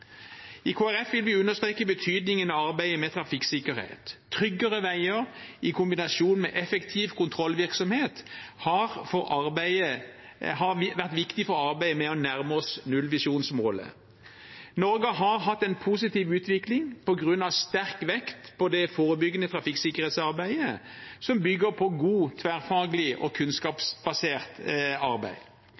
I Kristelig Folkeparti vil vi understreke betydningen av arbeidet med trafikksikkerhet. Tryggere veier i kombinasjon med effektiv kontrollvirksomhet har vært viktig for arbeidet med å nærme oss nullvisjonsmålet. Norge har hatt en positiv utvikling på grunn av sterk vekt på det forebyggende trafikksikkerhetsarbeidet, som bygger på godt, tverrfaglig og kunnskapsbasert arbeid.